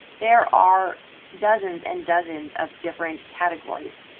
there are dozens and dozens of different categories.